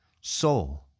soul